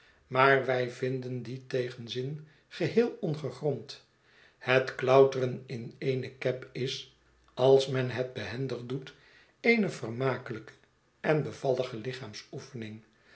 maar wij vinden dientegenzin geheel ongegrond het klouteren in eene cab is als men het behendig doet eene vermakelijke en bevallige